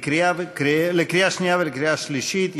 התשע"ו 2016, לקריאה שנייה ולקריאה שלישית.